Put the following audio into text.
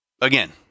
again